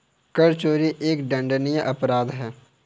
कर चोरी एक दंडनीय अपराध है